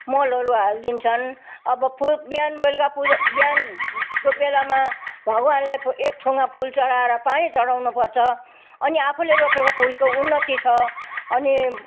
मलहरू हालिदिन्छन् अब फुल बिहान बेलुका पु बिहान बेलामा भगवान्लाई एक थुङ्गा फुल चढाएर पानी चढाउन पर्छ अनि आफूले रोपेको फुलको उन्नति छ अनि